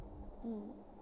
mm